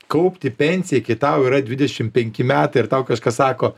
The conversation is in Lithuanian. kaupti pensijai iki tau yra dvidešim penki metai ir tau kažkas sako